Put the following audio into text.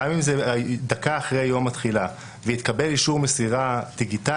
גם אם זה דקה אחרי יום התחילה והתקבל אישור מסירה דיגיטלי,